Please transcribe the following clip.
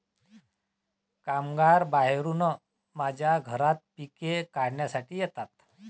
कामगार बाहेरून माझ्या घरात पिके काढण्यासाठी येतात